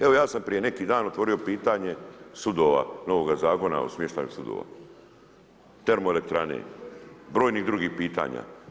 Evo ja sam prije neki dan otvorio pitanje sudova, novoga Zakona o smještaju sudova, termoelektrane, brojnih drugih pitanja.